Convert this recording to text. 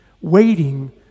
waiting